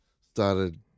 started